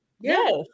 Yes